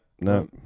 no